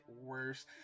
worse